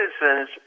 citizens